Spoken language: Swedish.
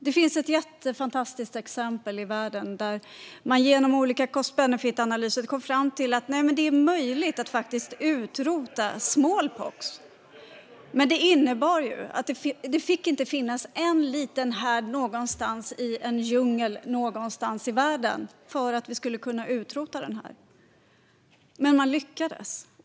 Det finns ett fantastiskt exempel i världen där man genom olika cost-benefit-analyser kom fram till att det var möjligt att utrota smittkoppor. Det innebar att det inte fick finnas en enda liten härd någonstans i en djungel någonstans i världen. Men man lyckades.